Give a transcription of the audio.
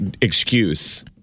excuse